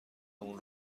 مون